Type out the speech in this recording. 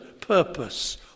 purpose